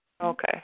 Okay